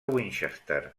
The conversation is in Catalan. winchester